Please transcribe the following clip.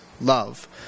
love